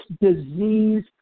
disease